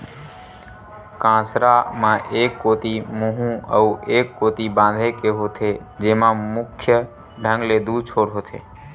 कांसरा म एक कोती मुहूँ अउ ए कोती बांधे के होथे, जेमा मुख्य ढंग ले दू छोर होथे